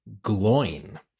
Gloin